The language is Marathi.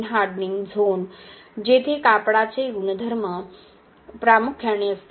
हार्डनिंग झोन जेथे कापडाचे गुणधर्म प्रामुख्याने असतात